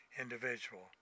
individual